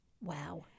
Wow